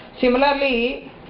Similarly